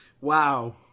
wow